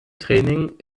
training